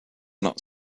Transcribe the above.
not